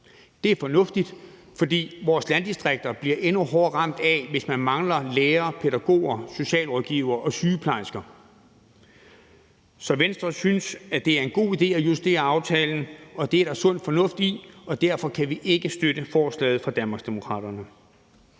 Det er fornuftigt, fordi vores landdistrikter bliver endnu hårdere ramt af det, hvis man mangler lærere, pædagoger, socialrådgivere og sygeplejersker. Så Venstre synes, at det er en god idé at justere aftalen, og at der er sund fornuft i det, og derfor kan vi ikke støtte forslaget fra Danmarksdemokraterne.